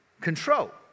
control